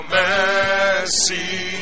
mercy